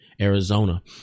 Arizona